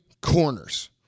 corners